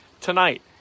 Tonight